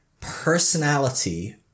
personality